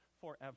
forever